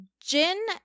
Jin